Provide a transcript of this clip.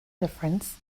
difference